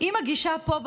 אם הגישה פה,